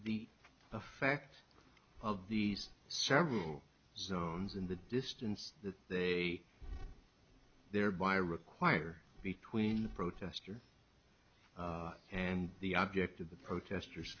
the effect of these several zones in the distance that they thereby require between the protesters and the object of the protesters